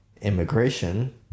immigration